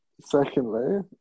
Secondly